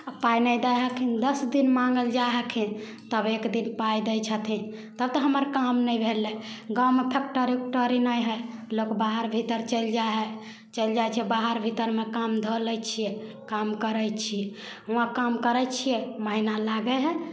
आओर पाइ नहि दै हखिन दस दिन माँगैलए जाइ हखिन तब एक दिन पाइ दै छथिन तब तऽ हमर काम नहि भेलै गाममे फैक्टरी उक्टरी नहि हइ लोक बाहर भीतर चलि जाइ हइ चलि जाइ छै बाहर भीतरमे काम धऽ लै छिए काम करै छिए हुआँ काम करै छिए महिना लागै हइ